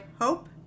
hope